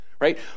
right